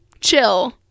chill